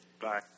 Bye